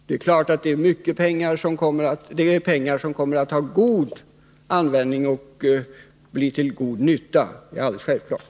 Detta är pengar som kommer att få god användning och bli till god nytta. Det är alldeles självklart.